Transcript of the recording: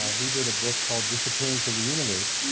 he did a book called disappearance of the universe,